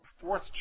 fourth